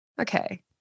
Okay